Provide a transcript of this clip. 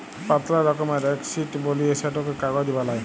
পাতলা রকমের এক শিট বলিয়ে সেটকে কাগজ বালাই